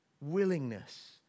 willingness